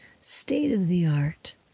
state-of-the-art